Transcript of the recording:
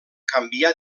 canvià